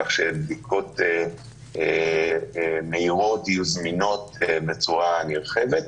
כך שבדיקות מהירות יהיו זמינות בצורה נרחבת,